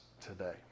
today